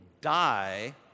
die